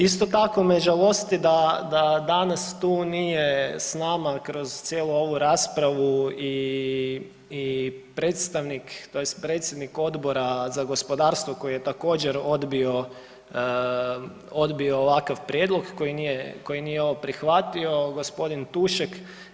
Isto tako me žalosti da danas tu nije s nama kroz cijelu ovu raspravu i predstavnik tj. predsjednik Odbora za gospodarstvo koji je također odbio, odbio ovakav prijedlog koji nije ovo prihvatio, gospodin Tušek.